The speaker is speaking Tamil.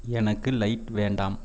எனக்கு லைட் வேண்டாம்